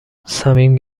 صمیم